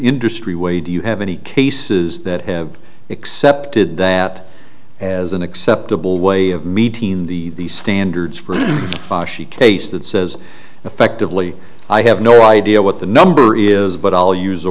industry way do you have any cases that have accepted that as an acceptable way of meeting the standards for a case that says effectively i have no idea what the number is but i'll use